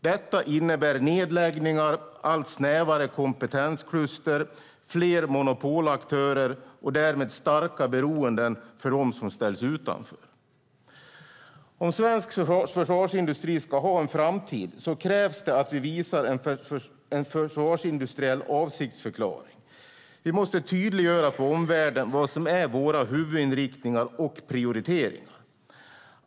Det innebär nedläggningar, allt snävare kompetenskluster, fler monopolaktörer och därmed starka beroenden för dem som ställs utanför. Om svensk försvarsindustri ska ha en framtid krävs det att vi visar en försvarsindustriell avsiktsförklaring. Vi måste tydliggöra för omvärlden vad som är våra huvudinriktningar och prioriteringar.